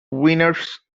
winners